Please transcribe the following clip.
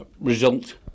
result